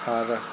आर